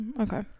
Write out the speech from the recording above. Okay